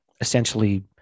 essentially